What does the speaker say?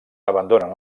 abandonen